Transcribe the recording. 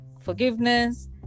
forgiveness